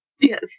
Yes